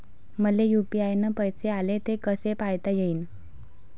मले यू.पी.आय न पैसे आले, ते कसे पायता येईन?